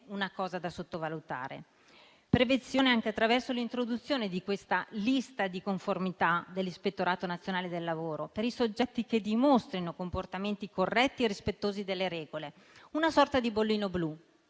avviene anche attraverso l'introduzione della lista di conformità dell'Ispettorato nazionale del lavoro per i soggetti che dimostrino comportamenti corretti e rispettosi delle regole: una sorta di bollino blu